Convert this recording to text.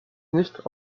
nicht